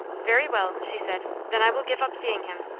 very well, she said. then i will give up seeing him.